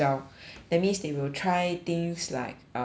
that means they will try things like err